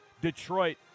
Detroit